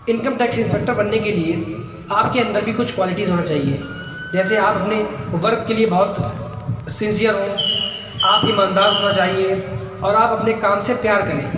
income tax inspector بننے کے لیے آپ کے اندر بھی کچھ کوالٹیز ہونا چاہیے جیسے آپ اپنے ورک کے لیے بہت سینسئر ہوں آپ ایماندار ہونا چاہیے اور آپ اپنے کام سے پیار کریں